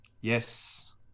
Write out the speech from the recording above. Yes